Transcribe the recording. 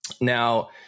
Now